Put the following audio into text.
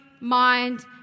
mind